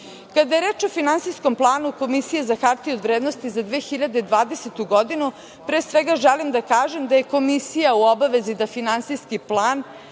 je reč o Finansijskom planu Komisije za hartije od vrednosti za 2020. godinu, pre svega, želim da kažem da je Komisija u obvezi da finansijski plan